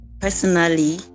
personally